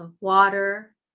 water